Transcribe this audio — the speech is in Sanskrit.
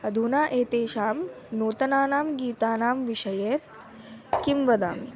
अधुना एतेषां नूतनानां गीतानां विषये किं वदामि